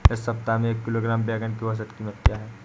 इस सप्ताह में एक किलोग्राम बैंगन की औसत क़ीमत क्या है?